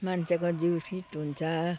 मान्छेको जिउ फिट हुन्छ